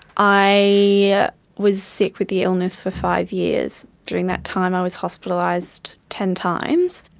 i yeah was sick with the illness for five years. during that time i was hospitalised ten times,